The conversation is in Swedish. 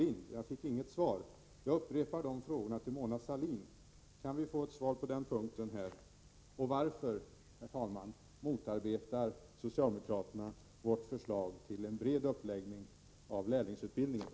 Jag fick inget svar. Jag erinrar också om frågorna till Mona Sahlin och ber henne lämna ett svar. Jag vill, herr talman, också fråga: Varför motarbetar socialdemokraterna vårt förslag om en bred uppläggning av lärlingsutbildningen?